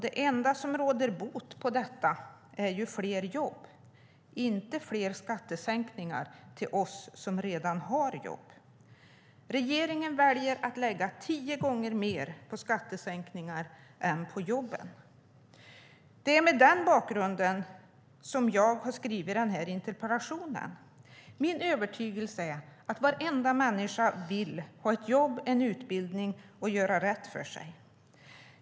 Det enda som råder bot på detta är fler jobb, inte fler skattesänkningar till oss som redan har jobb. Regeringen väljer att lägga tio gånger mer på skattesänkningar än på jobben. Det är mot den bakgrunden jag har skrivit den här interpellationen. Min övertygelse är att varenda människa vill ha ett jobb och en utbildning och göra rätt för sig.